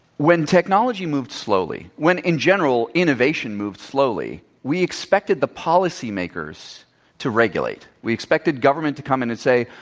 when technology moved slowly, when, in general, innovation moved slowly, we expected to policy makers to regulate. we expected government to come in and say,